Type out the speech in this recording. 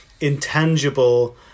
intangible